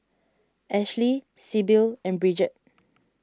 Ashley Sibyl and Bridgette